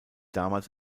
damals